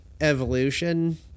evolution